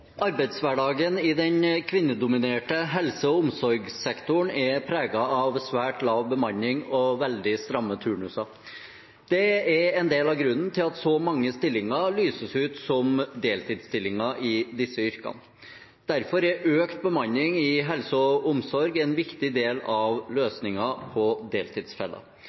av svært lav bemanning og veldig stramme turnuser. Det er en del av grunnen til at så mange stillinger lyses ut som deltidsstillinger i disse yrkene. Derfor er økt bemanning i helse og omsorg en viktig del av løsningen på deltidsfella.